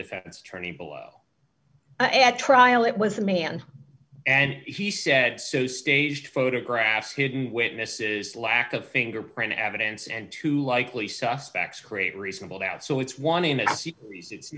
defense attorney at trial it was a man and he said so staged photographs hidden witnesses lack of fingerprint evidence and who likely suspects create reasonable doubt so it's